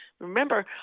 Remember